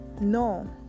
no